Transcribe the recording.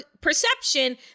perception